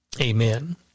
amen